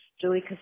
Julie